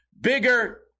bigger